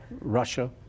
Russia